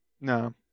No